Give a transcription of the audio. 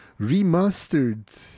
remastered